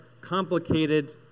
complicated